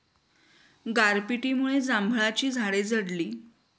गारपिटीमुळे जांभळाची झाडे झडली